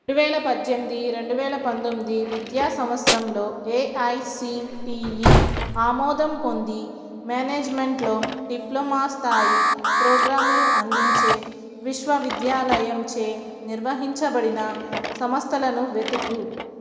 రెండువేల పజ్జెమ్ది రెండువేల పంతొమ్ది విద్యా సంవత్సరంలో ఏఐసిటిఈ ఆమోదం పొంది మ్యానేజ్మెంట్లో డిప్లమా స్థాయి ప్రోగ్రాంలు అందించే విశ్వవిద్యాలయంచే నిర్వహించబడిన సమస్థలను వెతుకు